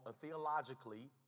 theologically